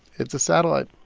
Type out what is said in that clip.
it's a satellite